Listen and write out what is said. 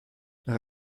nach